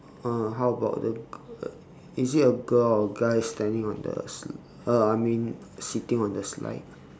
err how about the is it a girl or guy standing on the sli~ uh I mean sitting on the slide